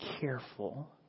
careful